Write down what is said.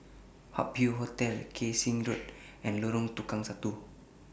Hup Hoe Hotel Kay Siang Road and Lorong Tukang Satu